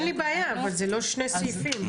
אין לי בעיה אבל זה לא שני סעיפים.